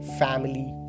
family